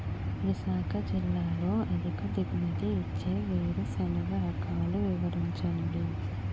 విశాఖ జిల్లాలో అధిక దిగుమతి ఇచ్చే వేరుసెనగ రకాలు వివరించండి?